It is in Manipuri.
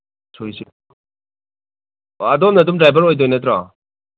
ꯁꯨꯏ ꯁꯨꯏ ꯑꯣ ꯑꯗꯣꯝꯅ ꯑꯗꯨꯝ ꯗ꯭ꯔꯥꯏꯚꯔ ꯑꯣꯏꯗꯣꯏꯅ ꯅꯠꯇ꯭ꯔꯣ